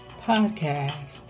Podcast